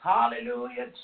Hallelujah